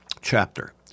chapter